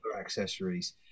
accessories